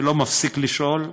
שלא מפסיק לשאול,